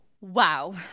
Wow